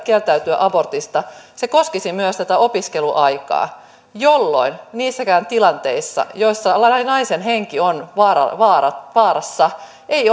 kieltäytyä abortista se koskisi myös tätä opiskeluaikaa jolloin niissäkään tilanteissa joissa naisen henki on vaarassa ei